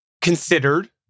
considered